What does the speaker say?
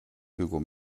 google